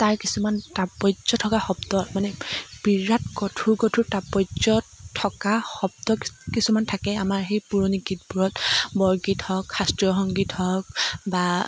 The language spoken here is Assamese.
তাৰ কিছুমান তাৎপৰ্য থকা শব্দ মানে বিৰাট গধুৰ গধুৰ তাৎপৰ্য থকা শব্দ কিছ কিছুমান থাকে আমাৰ সেই পুৰণি গীতবোৰত বৰগীত হওক শাস্ত্ৰীয় সংগীত হওক বা